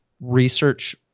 research